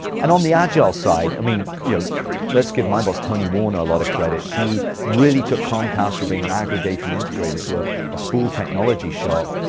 and on the agile side, i mean yeah let's give my boss, tony werner, a lot of credit. he really took comcast from being an aggregator, and integrator, to ah a full technology shop.